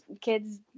kids